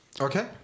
okay